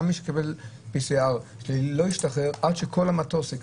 גם מי שיקבל PCR שלילי לא ישתחרר עד שכל המטוס יקבל.